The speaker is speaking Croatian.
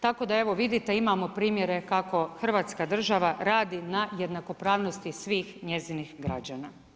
Tako da evo vidite imamo primjere kako hrvatska država radi na jednakopravnosti svih njezinih građana.